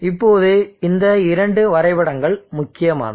இப்போது இந்த இரண்டு வரைபடங்கள் முக்கியமானவை